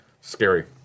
Scary